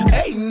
Hey